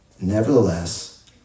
Nevertheless